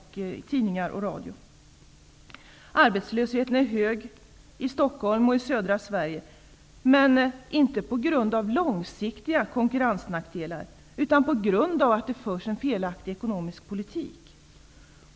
Arbetslösheten är hög i Stockholm och i södra Sverige, men inte på grund av långsiktiga konkurrensnackdelar, utan på grund av att det förs en felaktig ekonomisk politik.